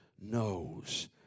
knows